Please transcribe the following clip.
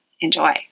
Enjoy